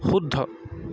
শুদ্ধ